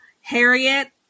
harriet